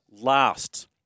last